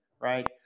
right